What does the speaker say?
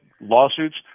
lawsuits